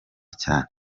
cyane